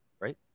right